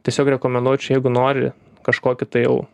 tiesiog rekomenduočiau jeigu nori kažkokį tai jau